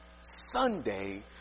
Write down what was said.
Sunday